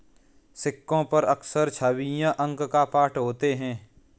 सिक्कों पर अक्सर छवियां अंक या पाठ होते हैं